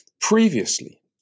Previously